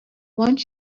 one